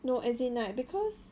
no as in like because